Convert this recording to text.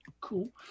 Cool